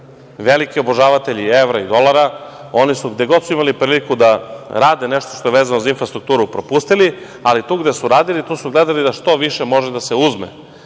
veliki obožavatelji evra i dolara. Oni su, gde god su imali priliku da rade nešto što je vezano za infrastrukturu propustili, ali tu gde su radili, tu su gledali da što više može da se uzme. Oni